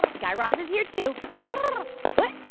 guy raz is here, too what?